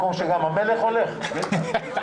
רבה.